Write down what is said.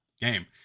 game